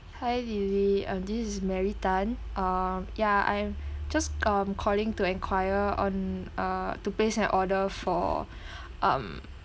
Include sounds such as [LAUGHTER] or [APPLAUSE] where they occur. hi lily um this is mary tan uh yeah I'm just um calling to enquire on uh to place an order for [BREATH] um